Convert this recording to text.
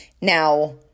Now